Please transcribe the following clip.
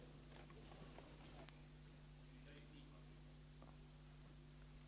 Herr talman! Jag yrkar bifall till utskottets hemställan.